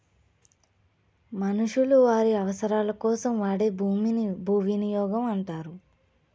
మనుషులు వారి అవసరాలకోసం వాడే భూమిని భూవినియోగం అంటారు